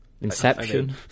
Inception